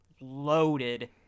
loaded